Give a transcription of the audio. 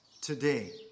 today